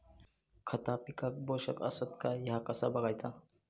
खता पिकाक पोषक आसत काय ह्या कसा बगायचा?